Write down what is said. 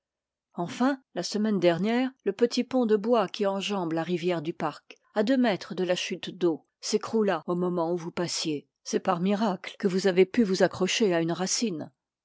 enfin la semaine dernière le petit pont de bois qui enjambe la rivière du parc à deux mètres de la chute d'eau s'écroula au moment où vous passiez c'est par miracle que vous avez pu vous accrocher à une racine